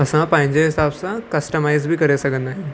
असां पंहिंजे हिसाब सां कस्टमाइज़ बि करे सघंदा आहियूं